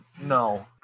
no